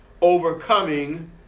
overcoming